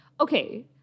Okay